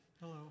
hello